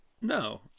No